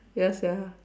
ya sia